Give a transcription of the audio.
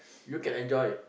you can enjoy